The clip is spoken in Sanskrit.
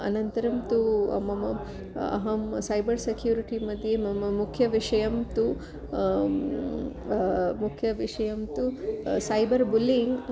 अनन्तरं तु मम अहं सैबर् सेक्यूरिटि मध्ये मम मुख्यः विषयः तु मुख्यविषयः तु सैबर् बुलिङ्ग्